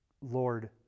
Lord